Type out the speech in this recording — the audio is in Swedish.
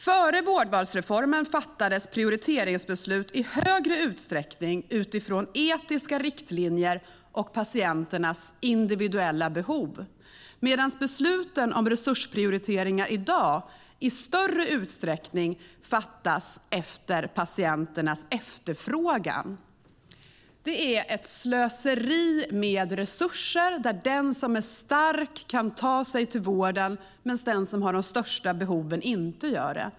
"Före vårdvalsreformen fattades prioriteringsbesluten i högre utsträckning utifrån de etiska riktlinjerna och patienternas individuella behov, medan beslut om resursprioriteringar i dag i större utsträckning fattas efter patienternas efterfrågan." Det är ett slöseri med resurser. Den som är stark kan ta sig till vården medan den som har de största behoven inte gör det.